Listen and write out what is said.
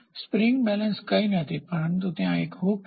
spring balance કંઈ નથી પરંતુ ત્યાં એક હૂક છે